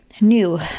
new